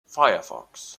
firefox